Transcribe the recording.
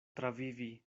travivi